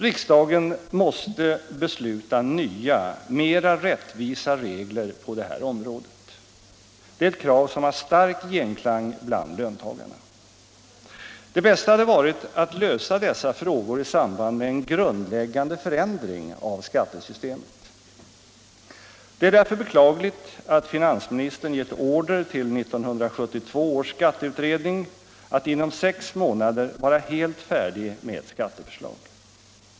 Riksdagen måste besluta om nya, mera rättvisa regler på det här området. Det är ett krav som har stark genklang bland löntagarna. Det bästa hade varit att lösa dessa frågor i samband med en grundläggande förändring av skattesystemet. Det är därför beklagligt att finansministern gett order till 1972 års skatteutredning att inom sex månader vara helt färdig med ett skatteförslag.